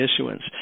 issuance